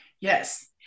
yes